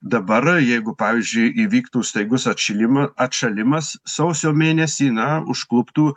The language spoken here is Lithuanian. dabar jeigu pavyzdžiui įvyktų staigus atšilima atšalimas sausio mėnesį na užkluptų